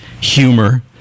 humor